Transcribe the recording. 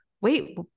wait